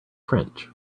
french